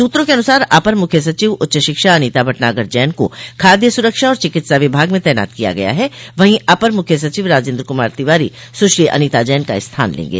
सूत्रों के अनुसार अपर मुख्य सचिव उच्च शिक्षा अनीता भटनागर जैन को खाद्य सुरक्षा और चिकित्सा विभाग में तैनात किया गया है वहीं अपर मुख्य सचिव राजेन्द्र कुमार तिवारी सुश्री अनीता जैन का स्थान लेंगे